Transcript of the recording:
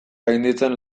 gainditzen